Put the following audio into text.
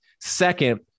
Second